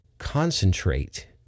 concentrate